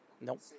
Nope